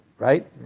right